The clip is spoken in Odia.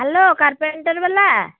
ହେଲୋ କାରପେଣ୍ଟର୍ ଵାଲା